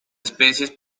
especies